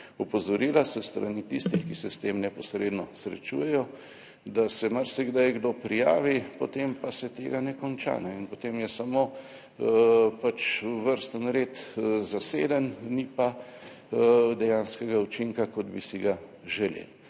opozorila s strani tistih, ki se s tem neposredno srečujejo, da se marsikdaj kdo prijavi, potem pa se tega ne konča, ne in potem je samo vrstni red zaseden, ni pa dejanskega učinka 11. TRAK: (TB)